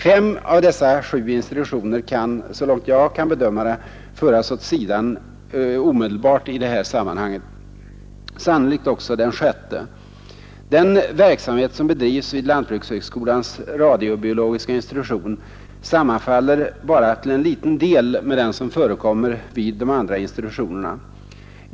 Fem av dessa sju institutioner kan, så långt jag kan bedöma, föras åt sidan omedelbart i det här sammanhanget, sannolikt också den sjätte. Den verksamhet som bedrivs vid lantbrukshögskolans radiobiologiska institution sammanfaller bara till en liten del med den som förekommer vid de andra institutionerna.